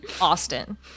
austin